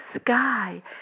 sky